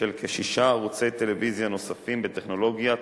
את הפצתם של כשישה ערוצי טלוויזיה נוספים בטכנולוגיית